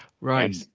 Right